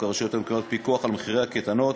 הרשויות המקומיות (פיקוח על מחיר קייטנה ציבורית),